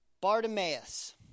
Bartimaeus